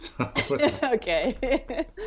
Okay